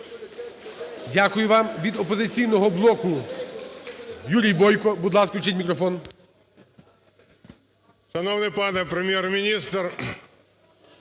Дякую вам. Від "Опозиційного блоку" Юрій Бойко. Будь ласка, включіть мікрофон.